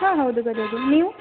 ಹಾ ಹೌದು ಗದಗ ನೀವು